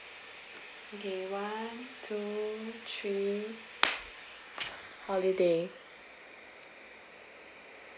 okay one two three holiday